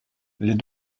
les